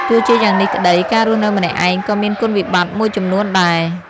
ទោះជាយ៉ាងនេះក្ដី ការរស់នៅម្នាក់ឯងក៏មានគុណវិបត្តិមួយចំនួនដែរ។